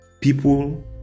people